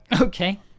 okay